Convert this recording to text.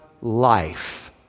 life